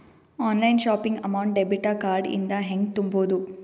Online shopping amount debit card ಇಂದ ಹೆಂಗ್ ತುಂಬೊದು?